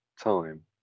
time